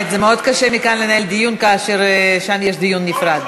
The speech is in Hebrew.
מאוד קשה לנהל כאן דיון כאשר שם יש דיון נפרד.